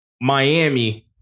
Miami